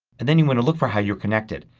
and then you want to look for how you're connected.